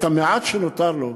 במעט שנותר לו,